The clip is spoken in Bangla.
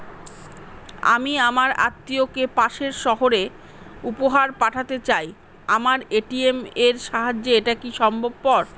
আমি আমার আত্মিয়কে পাশের সহরে উপহার পাঠাতে চাই আমার এ.টি.এম এর সাহায্যে এটাকি সম্ভবপর?